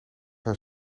haar